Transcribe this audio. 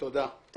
תודה, איתן.